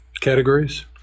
categories